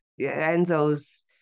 Enzo's